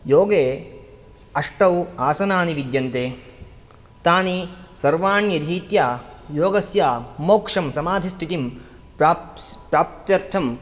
योगे अष्टौ आसनानि विद्यन्ते तानि सर्वाणि अधीत्य योगस्य मोक्षं समाधिस्थितिं प्राप्स् प्राप्त्यर्थं